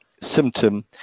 symptom